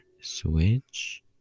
Switch